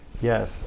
Yes